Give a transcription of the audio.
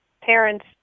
parents